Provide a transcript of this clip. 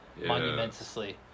monumentously